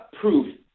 proof